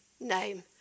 name